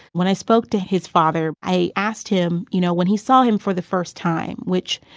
when i spoke to his father, i asked him, you know, when he saw him for the first time, which,